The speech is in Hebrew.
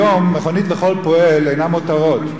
היום מכונית לכל פועל אינה מותרות.